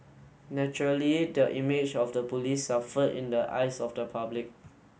naturally the image of the police suffered in the eyes of the public